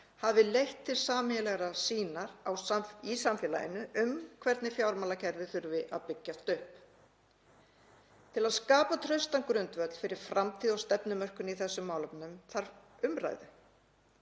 hafi leitt til sameiginlegrar sýnar í samfélaginu um hvernig fjármálakerfi þurfi að byggjast upp. Til að skapa traustan grundvöll fyrir framtíð og stefnumörkun í þessum málefnum þarf umræðu.